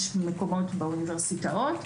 יש מקומות באוניברסיטאות,